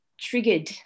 triggered